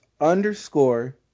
underscore